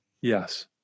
Yes